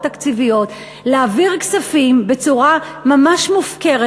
תקציביות להעביר כספים בצורה ממש מופקרת,